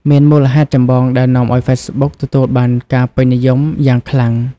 មានមូលហេតុចម្បងដែលនាំឱ្យហ្វេសប៊ុកទទួលបានការពេញនិយមយ៉ាងខ្លាំង។